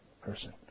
person